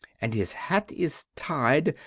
and his hat is tied,